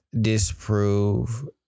disprove